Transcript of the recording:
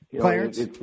Clarence